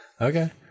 Okay